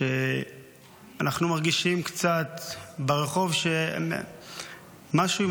כשאנחנו מרגישים ברחוב קצת שמשהו עם